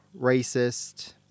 racist